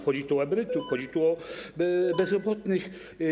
Chodzi tu o emerytów, chodzi tu o bezrobotnych.